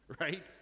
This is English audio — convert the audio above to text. right